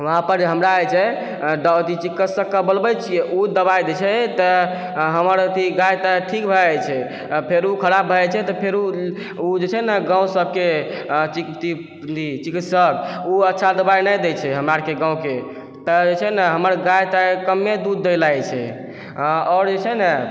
वहाँपर हमरा जे छै चिकित्सकके बोलबै छियै ओ दबाइ दै छै तऽ हमर अथी गाय ताय ठीक भए जाइ छै आओर फेरो खराब भए जाइ छै तऽ फेरो ओ जे छै ने गाँव सबके चिकित्सक ओ अच्छा दबाइ नहि दै छै हमरा अरके गाँवके तऽ जे छै ने हमर गाय ताय कमे दूध दै लागै छै आओर जे छै ने